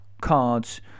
cards